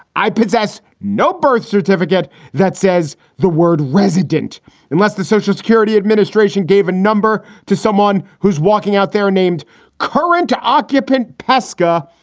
i possess no birth certificate that says the word resident unless the social security administration gave a number to someone who's walking out there named current occupant. pesca.